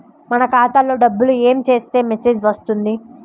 మన ఖాతాలో డబ్బులు ఏమి చేస్తే మెసేజ్ వస్తుంది?